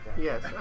Yes